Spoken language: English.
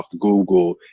Google